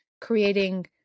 creating